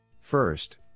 First